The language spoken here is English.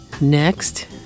Next